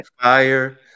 fire